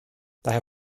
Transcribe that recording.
daher